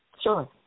Sure